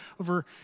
over